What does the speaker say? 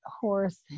horse